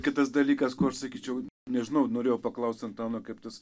kitas dalykas kur aš sakyčiau nežinau norėjau paklaust antano kaip tas